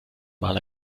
mal